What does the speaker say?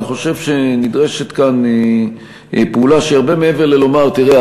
אני חושב שנדרשת כאן פעולה שהיא הרבה מעבר ללומר: תראה,